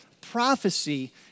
prophecy